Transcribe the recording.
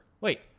Wait